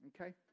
Okay